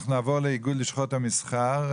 אנחנו נעבור לאיגוד לשכות המסחר,